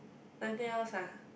nothing else ah